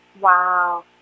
Wow